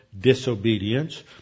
disobedience